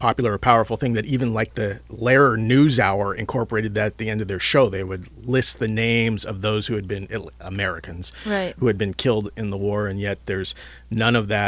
popular a powerful thing that even like the lehrer news hour incorporated that the end of their show they would list the names of those who had been ill americans who had been killed in the war and yet there's none of that